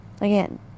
again